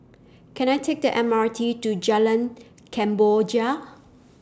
Can I Take The M R T to Jalan Kemboja